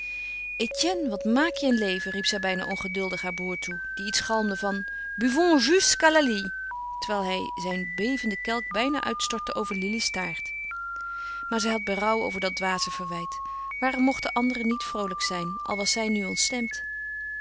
etiênne wat maak je een leven riep zij bijna ongeduldig haar broêr toe die iets galmde van buvons jusqu'à la lie terwijl hij zijn bevenden kelk bijna uitstortte over lili's taart maar zij had berouw over dat dwaze verwijt waarom mochten anderen niet vroolijk zijn al was zij nu ontstemd